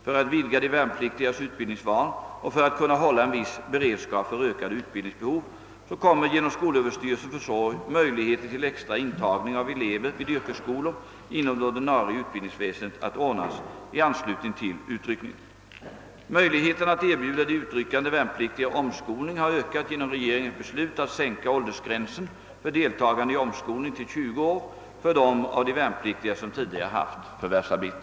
För att vidga de värnpliktigas utbildningsval och för att kunna hålla en viss beredskap för ökade utbildningsbehov kommer genom skolöverstyrelsens försorg möjligheter till extra intagning av elever vid yrkesskolor inom det ordinarie utbildningsväsendet att ordnas i anslutning till utryckningen. Möjligheterna att erbjuda de utryckande värnpliktiga omskolning har ökat genom regeringens beslut att sänka åldersgränsen för deltagande i omskolning till 20 år för dem av de värnpliktiga som tidigare haft förvärvsarbete.